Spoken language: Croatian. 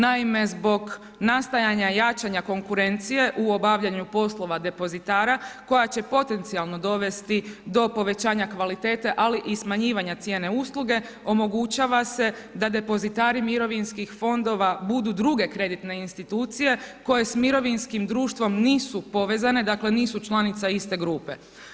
Naime, zbog nastajanja i jačanja konkurencije u obavljanju poslova depozitara koja će potencijalno dovesti do povećanja kvalitete, ali i smanjivanja cijene usluge, omogućava se da depozitarij mirovinskih fondova budu druge kreditne institucije koje s mirovinskim društvom nisu povezane, dakle nisu članice iste grupe.